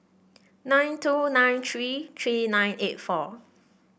nine two nine three three nine eight four